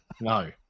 No